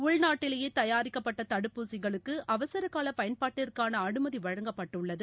உள்நாட்டிலேயேதயாரிக்கப்பட்டதடுப்பூசிகளுக்கு அவசரகாலபயன்பாட்டிற்காளஅனுமதிவழங்கப்பட்டுள்ளது